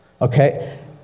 okay